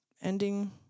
ending